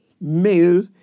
male